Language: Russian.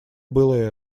было